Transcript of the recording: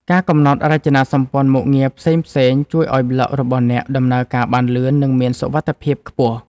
ការកំណត់រចនាសម្ព័ន្ធមុខងារផ្សេងៗ ជួយឱ្យប្លក់របស់អ្នកដំណើរការបានលឿន និងមានសុវត្ថិភាពខ្ពស់។